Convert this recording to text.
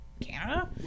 Canada